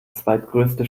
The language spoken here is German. zweitgrößte